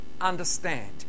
understand